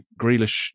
Grealish